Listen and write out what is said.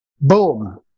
Boom